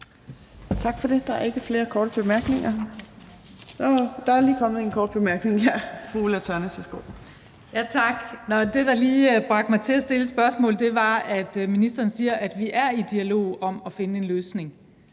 Tak for det. Der er ikke flere korte bemærkninger. Jo, der er lige kommet ønske om en kort bemærkning fra fru Ulla Tørnæs. Værsgo. Kl. 19:27 Ulla Tørnæs (V): Tak. Det, der lige bragte mig til at stille et spørgsmål, var, at ministeren sagde, at vi er i dialog om at finde en løsning.